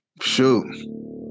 shoot